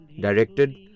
Directed